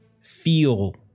feel